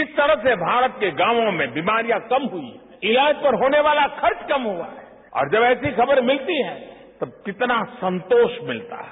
किस तरह से भारत के गांवों में बीमारियां कम हई हैए ईलाज पर होने वाला खर्च कम हुआ है और जब ऐसी खबर मिलती हैए तो कितना संतोष मिलता है